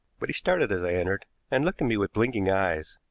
but he started as i entered, and looked at me with blinking eyes,